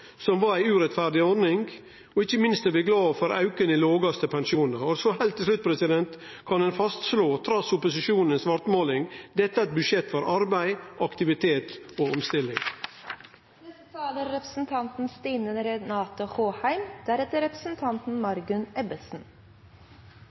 som var ei urettferdig ordning. Og ikkje minst er vi glade for auken i lågaste pensjonar. Og så heilt til slutt: Ein kan fastslå trass i opposisjonens svartmåling at dette er eit budsjett for arbeid, aktivitet og omstilling.